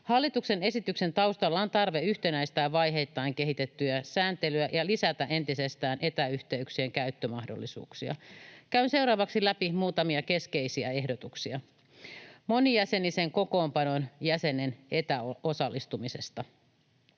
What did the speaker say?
Hallituksen esityksen taustalla on tarve yhtenäistää vaiheittain kehitettyä sääntelyä ja lisätä entisestään etäyhteyksien käyttömahdollisuuksia. Käyn seuraavaksi läpi muutamia keskeisiä ehdotuksia. Monijäsenisen kokoonpanon jäsenen etäosallistuminen.